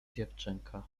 dziewczynka